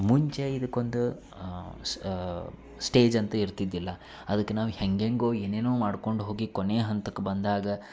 ಮುಂಚೆ ಇದಕ್ಕೊಂದು ಸ್ಟೇಜ್ ಅಂತ ಇರ್ತಿದ್ದಿಲ್ಲ ಅದಕ್ಕೆ ನಾವು ಹೆಂಗೆಂಗೋ ಏನೇನೋ ಮಾಡ್ಕೊಂಡು ಹೋಗಿ ಕೊನೆಯ ಹಂತಕ್ಕೆ ಬಂದಾಗ